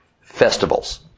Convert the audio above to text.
festivals